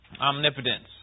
omnipotence